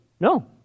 No